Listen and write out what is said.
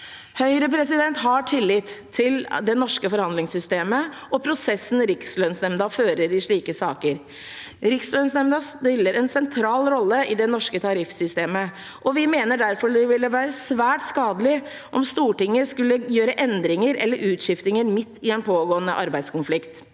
jun. – Referat 2024 ke forhandlingssystemet og prosessen Rikslønnsnemnda fører i slike saker. Rikslønnsnemnda spiller en sentral rolle i det norske tariffsystemet, og vi mener derfor det ville være svært skadelig om Stortinget skulle gjøre endringer eller utskiftinger midt i en pågående arbeidskonflikt.